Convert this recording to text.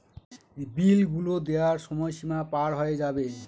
বিল গুলো দেওয়ার সময় সীমা পার হয়ে যাবে